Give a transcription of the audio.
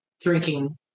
drinking